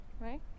right